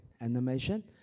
animation